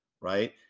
Right